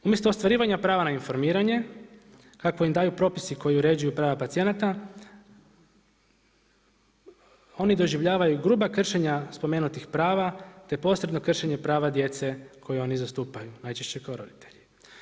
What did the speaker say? Umjesto ostvarivanja prava na informiranje, kako im daju propisi koji uređuju prava pacijenata, oni doživljavaju gruba kršenja spomenutih prava te posredno kršenje prava djece koji oni zastupaju, najčešće kao roditelji.